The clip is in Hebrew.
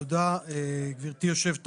תודה, גברתי יושבת הראש,